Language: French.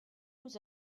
nous